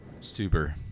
Stuber